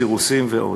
סירוסים ועוד,